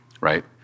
right